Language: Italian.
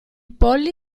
polli